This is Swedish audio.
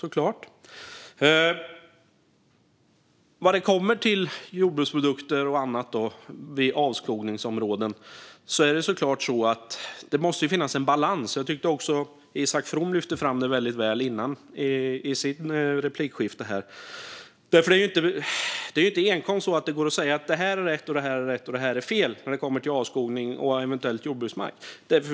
När det kommer till jordbruksprodukter och annat i avskogningsområden måste det finnas en balans. Jag tyckte att Isak From lyfte fram det väldigt väl i sitt replikskifte tidigare. Det går inte att enkom säga att det här och det här är rätt men det här är fel när det kommer till avskogning och eventuell jordbruksmark.